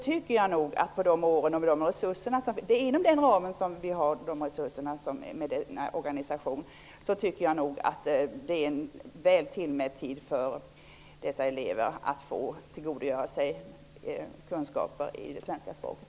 Inom den ram där vi har dessa resurser och denna organisation så tycker jag nog att det är väl tillmätt tid för att dessa elever skall kunna tillgodogöra sig kunskaper i hemspråken.